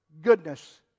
goodness